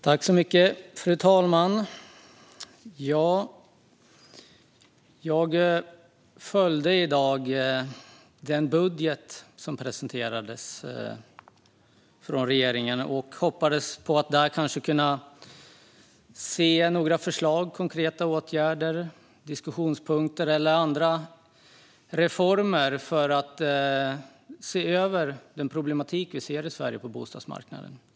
Fru talman! Jag följde i dag presentationen av regeringens budget. Jag hoppades på att det skulle vara några förslag, konkreta åtgärder, diskussionspunkter eller andra reformer när det gäller den problematik som vi ser på bostadsmarknaden i Sverige.